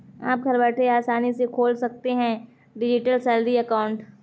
आप घर बैठे आसानी से खोल सकते हैं डिजिटल सैलरी अकाउंट